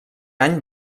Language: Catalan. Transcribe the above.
any